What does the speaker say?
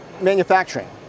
manufacturing